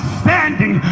standing